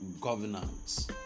governance